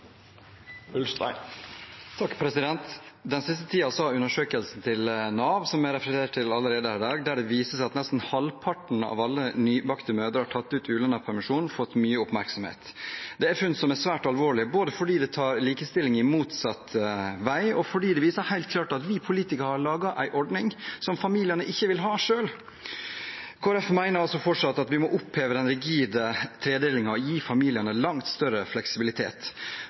Den siste tiden har undersøkelsen til Nav – som det allerede er referert til i dag – der det viser seg at nesten halvparten av alle nybakte mødre har tatt ut ulønnet permisjon, fått mye oppmerksomhet. Det er funn som er svært alvorlige, både fordi det tar likestillingen i motsatt vei, og fordi det helt klart viser at politikere har laget en ordning som familiene ikke vil ha selv. Kristelig Folkeparti mener altså fortsatt at vi må oppheve den rigide tredelingen og gi familiene langt større fleksibilitet.